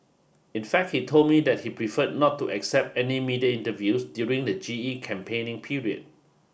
in fact he told me that he preferred not to accept any media interviews during the G E campaigning period